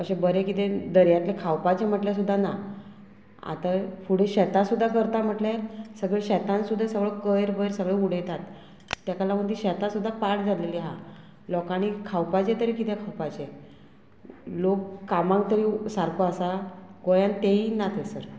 अशें बरें किदें दर्यांतलें खावपाचें म्हटल्यार सुद्दां ना आतां फुडें शेतां सुद्दां करता म्हटल्यार सगळें शेतांत सुद्दां सगळो कयर बरें सगळें उडयतात ताका लागून तीं शेतां सुद्दां पाड जाल्लेली आहा लोकांनी खावपाचें तरी किदें खावपाचें लोक कामांक तरी सारको आसा गोंयान तेय ना थंयसर